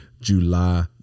July